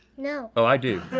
no. oh i do.